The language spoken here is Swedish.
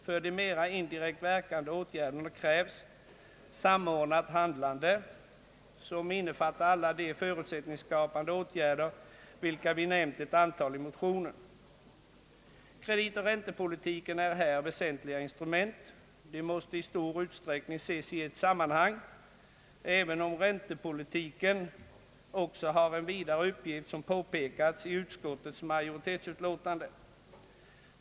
För de mera indirekt verkande åtgärderna krävs samordnat handlande, som innefattar alla de förutsättningsskapande åtgärder av vilka vi nämnt ett antal i motionerna. Kreditoch räntepolitiken är här väsentliga instrument. De måste i stor utsträckning ses i ett sammanhang, även om räntepolitiken också har en vidare uppgift, som påpekats i utskottets majoritetsutlåtande.